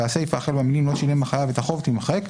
והסיפה החל במילים "לא שילם החייב את החוב" - תימחק,